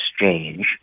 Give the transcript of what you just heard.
exchange